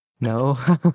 no